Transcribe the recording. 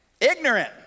Ignorant